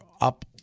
up